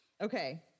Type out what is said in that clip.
Okay